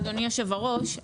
אדוני יושב-הראש,